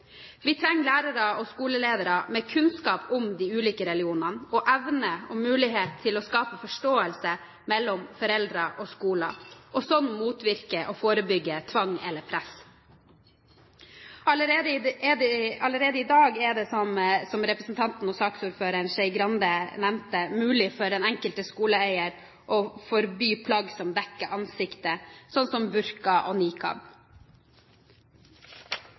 Vi trenger lærere og skoleledere med kunnskap om de ulike religionene og evne og mulighet til å skape forståelse mellom foreldrene og skolen – og slik motvirke og forebygge tvang eller press. Allerede i dag er det – som saksordføreren, Skei Grande, nevnte – mulig for den enkelte skoleeier å forby plagg som dekker ansiktet, slik som burka og